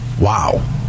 wow